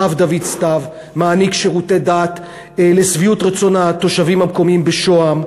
הרב דוד סתיו מעניק שירותי דת לשביעות רצון התושבים המקומיים בשוהם,